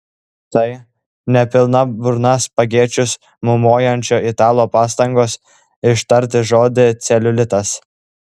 tai ne pilna burna spagečius maumojančio italo pastangos ištarti žodį celiulitas